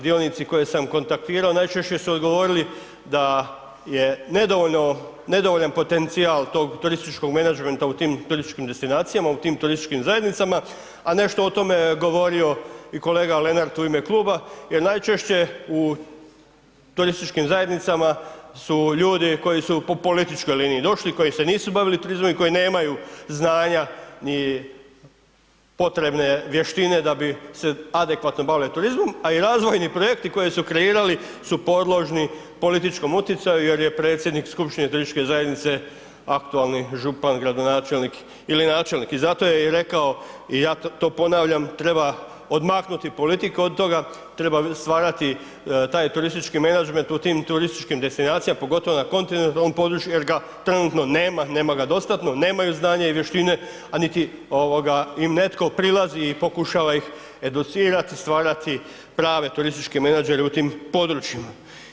Dionici koje sam kontaktirao najčešće su odgovorili da je nedovoljno, nedovoljan potencijal tog turističkom menadžmenta u tim turističkim destinacijama u tim turističkim zajednicama, a nešto o tome je govorio i kolega Lenart u ime Kluba, jer najčešće u turističkim zajednicama su ljudi koji su po političkoj liniji došli, koji se nisu bavili turizmom i koji nemaju znanja ni potrebne vještine da bi se adekvatno bavili turizmom, a i razvojni projekti koje su kreirali su podložni političkom utjecaju jer je predsjednik skupštine turističke zajednice aktualni župan, gradonačelnik ili načelnik, i zato je i rekao, i ja to ponavljam treba odmahnuti politiku od toga, treba stvarati taj turistički menadžment u tim turističkim destinacijama, pogotovo na kontinentalnom području jer ga trenutno nema, nema ga dostatno, nemaju znanja i vještine, a niti im netko prilazi i pokušava ih educirati i stvarati prave turističke menadžere u tim područjima.